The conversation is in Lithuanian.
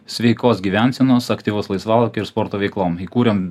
sveikos gyvensenos aktyvaus laisvalaikio ir sporto veiklom įkūrėm